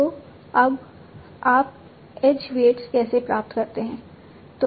तो अब आप एज वेट्स कैसे प्राप्त करते हैं